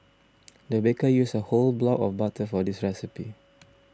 the baker used a whole block of butter for this recipe